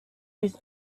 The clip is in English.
these